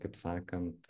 kaip sakant